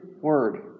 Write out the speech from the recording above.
Word